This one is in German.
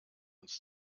ans